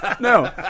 no